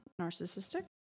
narcissistic